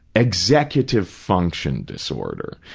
executive function disorder,